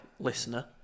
listener